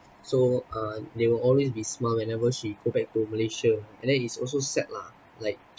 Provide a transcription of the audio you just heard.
so uh there will always be smile whenever she go back to malaysia and then it's also sad lah like